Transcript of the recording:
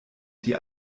die